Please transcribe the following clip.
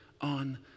on